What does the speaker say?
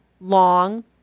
long